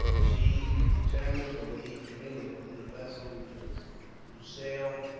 she determined to leave for england in a vessel which was to sail,